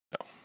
No